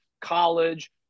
college